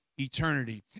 eternity